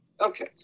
okay